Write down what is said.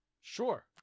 Sure